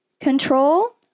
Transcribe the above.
control